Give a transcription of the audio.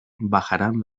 bajarán